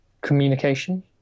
communication